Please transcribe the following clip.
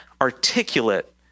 articulate